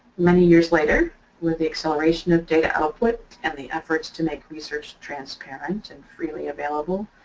many years later with the acceleration of data output and the efforts to make research transparent and freely available,